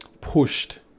pushed